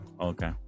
Okay